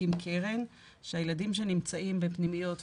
הקים קרן שהילדים שנמצאים בפנימיות ובאומנה,